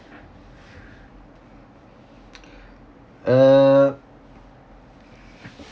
err